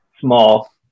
small